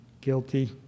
guilty